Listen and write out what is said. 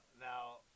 now